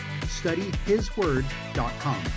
studyhisword.com